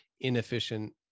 inefficient